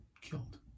killed